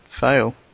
fail